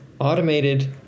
automated